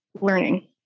learning